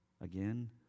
again